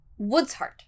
Woodsheart